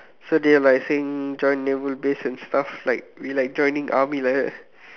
so they were like saying join naval base and stuff like we like joining army like that